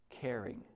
caring